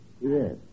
Yes